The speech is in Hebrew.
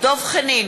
דב חנין,